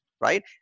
right